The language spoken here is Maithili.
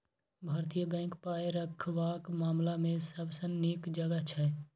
भारतीय बैंक पाय रखबाक मामला मे सबसँ नीक जगह छै